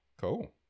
Cool